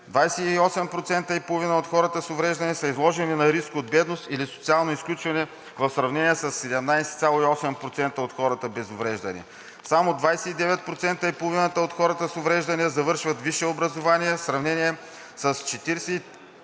28,5% от хората с увреждания са изложени на риск от бедност или социално изключване в сравнение със 17,8 % от хората без увреждания; – само 29,5% от хората с увреждания завършват висше образование в сравнение с 44%